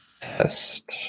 test